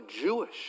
Jewish